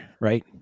Right